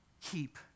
Keep